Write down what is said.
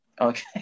Okay